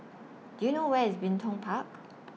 Do YOU know Where IS Bin Tong Park